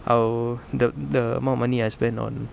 oh the the amount of money I spend on